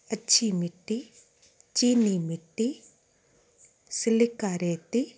अछी मिटी चीनी मिटी सिलिका रेती